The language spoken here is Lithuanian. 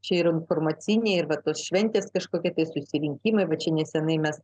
čia ir informaciniai ir vat tos šventės susirinkimai va čia neseniai mes